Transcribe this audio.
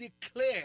declare